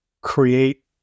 create